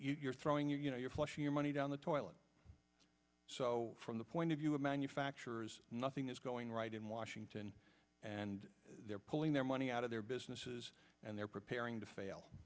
you're throwing you know your flushing your money down the toilet so from the point of view of manufacturers nothing is going right in washington and they're pulling their money out of their businesses and they're preparing to fail